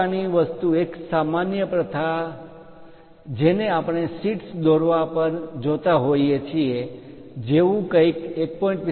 આ પ્રકારની વસ્તુ એક સામાન્ય પ્રથા જેને આપણે શીટ્સ દોરવા પર જોતા હોઈએ છીએ જેવું કંઈક 1